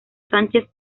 sánchez